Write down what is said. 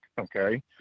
okay